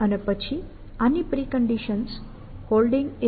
અને પછી આની પ્રિકન્ડિશન્સ Holding અને Clear છે